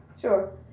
sure